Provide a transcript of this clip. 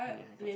I need a haircut